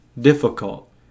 difficult